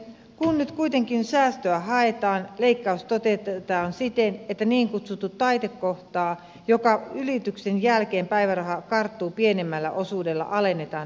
kun nyt kuitenkin säästöä haetaan leikkaus toteutetaan siten että niin kutsuttua taitekohtaa jonka ylityksen jälkeen päiväraha karttuu pienemmällä osuudella alennetaan nykyisestä